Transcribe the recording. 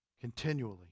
continually